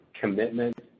commitment